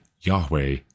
Yahweh